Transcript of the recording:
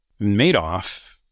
Madoff